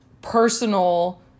personal